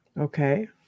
Okay